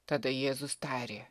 tada jėzus tarė